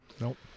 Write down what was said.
Nope